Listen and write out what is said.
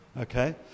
Okay